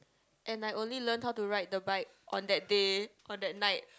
and I only learned how to ride the bike on that day on that night